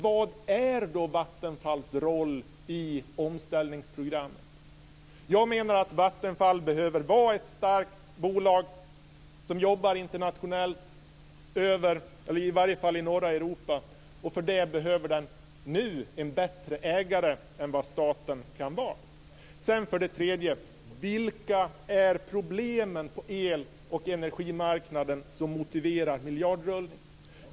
Vad är Vattenfalls roll i omställningsprogrammet? Jag menar att Vattenfall behöver vara ett starkt bolag som jobbar internationellt i varje fall i norra Europa. För det behöver det nu en bättre ägare än vad staten kan vara. Vilka är problemen på el och energimarknaden som motiverar miljardrullning?